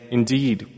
Indeed